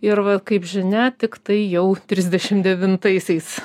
ir va kaip žinia tiktai jau trisdešim devintaisiais